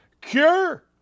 cure